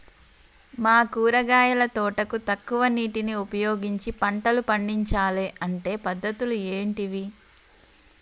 మా కూరగాయల తోటకు తక్కువ నీటిని ఉపయోగించి పంటలు పండించాలే అంటే పద్ధతులు ఏంటివి?